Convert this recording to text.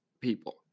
people